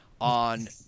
on